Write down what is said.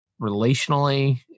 relationally